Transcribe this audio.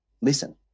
listen